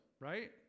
right